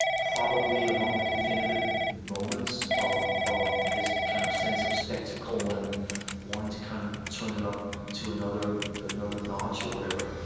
probably among the definitive moments of of his kind of sense of spectacle and wanting to kind of turn it up to another another notch or whatever.